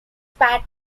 spare